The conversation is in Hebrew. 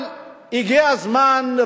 אבל הגיע הזמן,